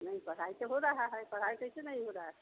नहीं पढ़ाई तो हो रहा है पढ़ाई कैसे नहीं हो रहा है